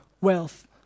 wealth